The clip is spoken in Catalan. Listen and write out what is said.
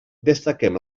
destaquem